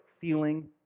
feeling